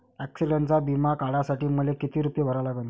ॲक्सिडंटचा बिमा काढा साठी मले किती रूपे भरा लागन?